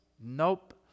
nope